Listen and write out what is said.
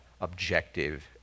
objective